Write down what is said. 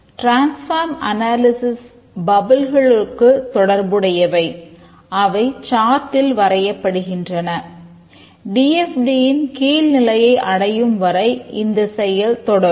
transform analysis யின் கீழ் நிலையை அடையும்வரை இந்தச் செயல் தொடரும்